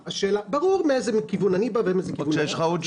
ברור מאיזה כיוון אני בא ומאיזה כיוון אתה בא.